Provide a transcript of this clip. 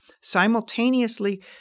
Simultaneously